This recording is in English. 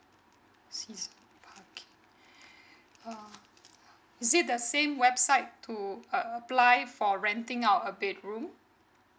season parking uh is it the same website to uh apply for renting out a bedroom